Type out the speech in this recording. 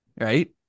Right